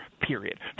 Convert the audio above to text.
period